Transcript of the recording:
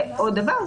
ועוד דבר,